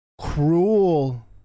cruel